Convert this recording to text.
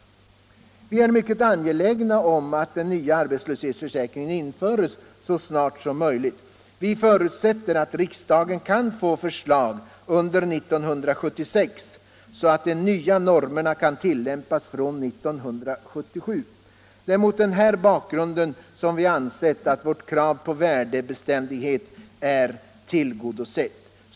20 maj 1975 Vi är mycket angelägna om att den nya arbetslöshetsförsäkringen in=== I föres så snart som möjligt. Vi förutsätter att riksdagen kan få förslag — Arbetsmarknadsutunder 1976, så att de nya normerna kan tillämpas från år 1977. Mot = bildningen denna bakgrund har vi ansett att kravet på värdebeständighet är tillgodosett.